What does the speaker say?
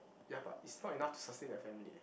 ya but it's not enough to sustain the family eh